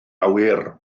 awyr